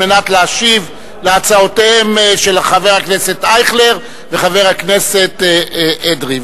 על מנת להשיב על הצעותיהם של חבר הכנסת אייכלר וחבר הכנסת אדרי.